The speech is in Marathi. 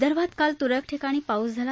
विदर्भात काल तुरळक ठिकाणी पाऊस झाला